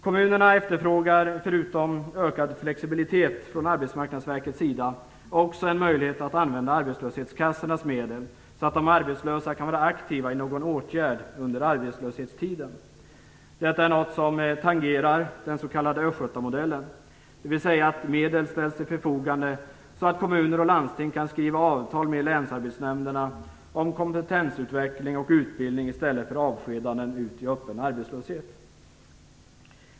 Kommunerna efterfrågar, förutom ökad flexibilitet från Arbetsmarknadsverkets sida, också en möjlighet att använda arbetslöshetskassornas medel så att de arbetslösa kan vara aktiva i någon åtgärd under arbetslöshetstiden. Detta tangerar den s.k. Östgötamodellen, som innebär att medel ställs till förfogande så att kommuner och landsting kan skriva avtal med länsarbetsnämnderna om kompetensutveckling och utbildning i stället för avskedanden ut i öppen arbetslöshet.